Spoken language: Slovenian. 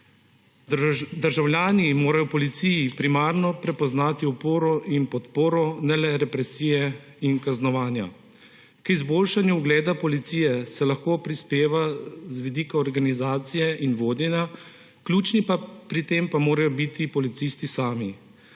Državljani morajo v policiji primarno prepoznati oporo in podporo, ne le represije in kaznovanja. K izboljšanju ugleda policije se lahko prispeva z vidika organizacije in vodenja, ključni pri tem pa morajo biti policisti sami.